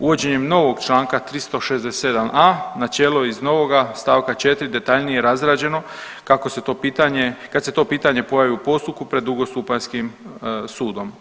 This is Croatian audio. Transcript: Uvođenjem novog čl. 367.a. načelo iz novoga st. 4. detaljnije je razrađeno kako se to pitanje, kad se to pitanje pojavi u postupku pred drugostupanjskim sudom.